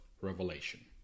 Revelation